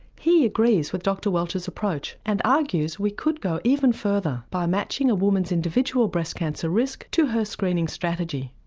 he agrees with dr welch's approach and argues we could go even further by matching a woman's individual breast cancer risk to her screening strategy.